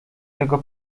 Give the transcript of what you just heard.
tego